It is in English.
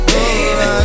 Baby